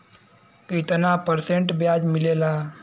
कितना परसेंट ब्याज मिलेला?